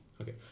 Okay